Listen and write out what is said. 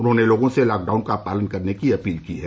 उन्होंने लोगों से लॉकडाउन का पालन करने की अपील की है